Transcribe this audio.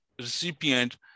recipient